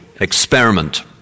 experiment